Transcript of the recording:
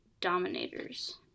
Dominators